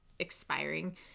expiring